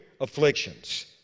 afflictions